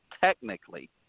technically